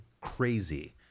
crazy